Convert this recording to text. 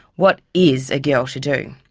what is a girl to do?